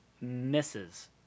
misses